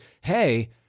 hey